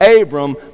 Abram